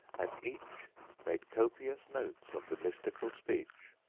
and each made copious notes of the mystical speech,